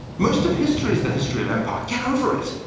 most of history is the history of empire, get over it.